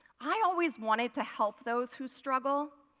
i always wanted to help those who struggle.